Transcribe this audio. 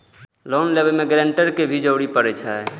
Loan लेबे में guarantor के भी जरूरी परे छै?